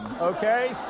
okay